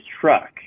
truck